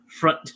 front